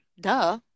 Duh